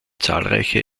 zahlreiche